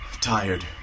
Tired